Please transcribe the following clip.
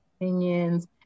opinions